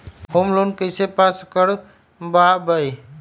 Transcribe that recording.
Home loan कैसे pass कर बाबई?